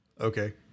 okay